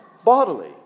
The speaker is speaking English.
bodily